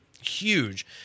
Huge